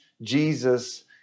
jesus